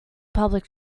public